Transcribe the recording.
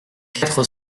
quatre